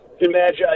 Imagine